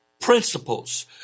principles